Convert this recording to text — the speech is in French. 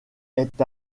est